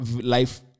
life